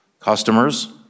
customers